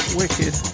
wicked